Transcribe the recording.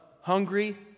hungry